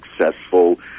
successful